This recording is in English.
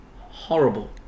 horrible